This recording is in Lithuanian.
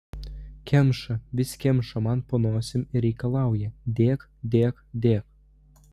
kemša vis kemša man po nosim ir reikalauja dėk dėk dėk